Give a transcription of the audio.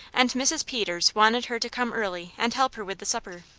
and mrs. peters wanted her to come early and help her with the supper.